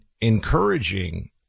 encouraging